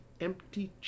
empty